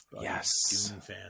Yes